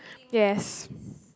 yes